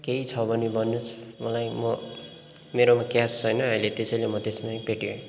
केही छ भने भन्नुहोस् मलाई म मेरोमा क्यास छैन अहिले त्यसैले म त्यसमै पेटिएम